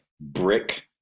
brick